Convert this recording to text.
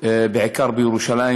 בעיקר בירושלים,